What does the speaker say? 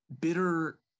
bitter